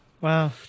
Wow